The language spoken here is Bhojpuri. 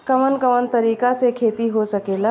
कवन कवन तरीका से खेती हो सकेला